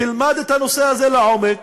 תלמד את הנושא הזה לעומק